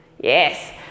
Yes